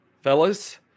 fellas